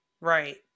right